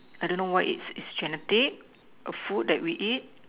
I don't know what is is genetic a food that we eat